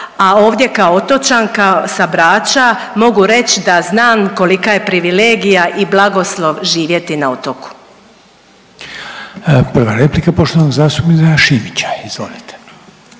a ovdje kao otočanka sa Brača mogu reći da znam kolika je privilegija i blagoslov živjeti na otoku. **Reiner, Željko (HDZ)** Prva replika poštovanog zastupnika Šimića, izvolite.